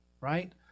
right